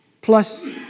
plus